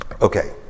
Okay